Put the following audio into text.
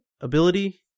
ability